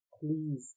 please